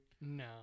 No